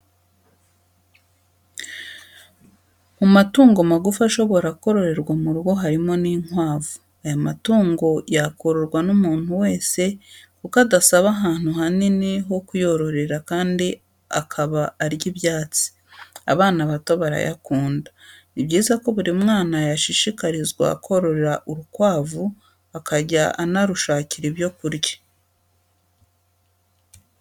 Mu matungo magufi ashobora kororerwa mu rugo harimo n'inkwavu, aya matungo yakororwa n'umuntu wese kuko adasaba ahantu hanini ho kuyororera kandi akaba arya ibyatsi, abana bato barayakunda, ni byiza ko buri mwana yashishikarizwa korora urukwavu akajya anarushakira ibyo kurya.